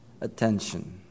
attention